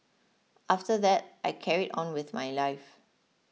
after that I carried on with my life